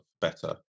better